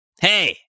Hey